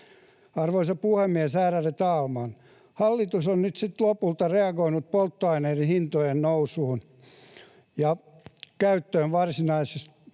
Arvoisa puhemies! Ärade talman! Hallitus on nyt sitten lopulta reagoinut polttoaineiden hintojen nousuun ja ottanut käyttöön varsinaisen